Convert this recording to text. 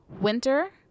Winter